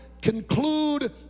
conclude